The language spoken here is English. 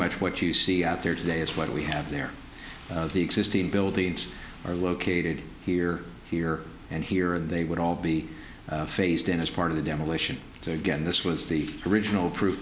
much what you see out there today is what we have there the existing buildings are located here here and here they would all be phased in as part of the demolition so again this was the original proof